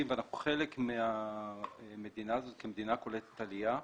ואנחנו חלק מהמדינה הזאת כמדינה קולטת עלייה.